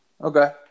Okay